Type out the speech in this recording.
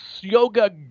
yoga